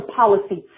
policy